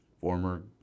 former